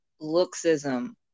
looksism